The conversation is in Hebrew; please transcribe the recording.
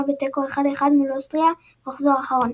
בתיקו 1 - 1 מול אוסטריה במחזור האחרון.